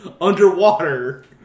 Underwater